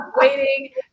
waiting